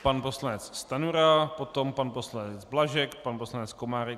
Pan poslanec Stanjura, potom pan poslanec Blažek, pan poslanec Komárek.